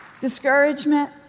discouragement